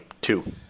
Two